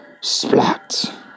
Splat